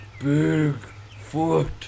Bigfoot